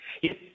Yes